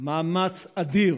מאמץ אדיר